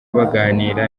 baganira